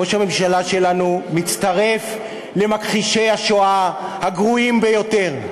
ראש הממשלה שלנו מצטרף למכחישי השואה הגרועים ביותר,